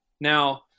Now